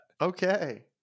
Okay